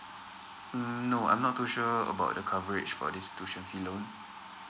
uh no I'm not too sure about the coverage for this tuition fee loan